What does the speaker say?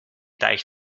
deich